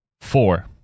four